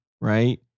right